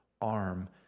arm